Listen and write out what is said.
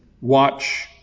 watch